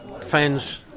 fans